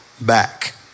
back